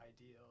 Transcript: ideal